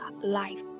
life